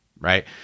right